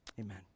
amen